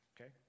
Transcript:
okay